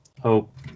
hope